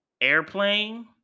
airplane